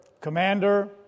commander